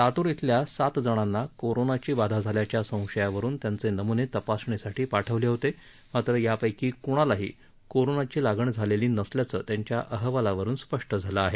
लातूर इथल्या सात जणांना कोरोनाची बाधा झाल्याच्या संशयावरुन त्यांचे नमूने तपासणीसाठी पाठवले होते मात्र यापैकी कुणालाही कोरोनाची लागण झालेली नसल्याचं त्यांच्या अहवालावरून स्पष्ट झालं आहे